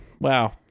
Wow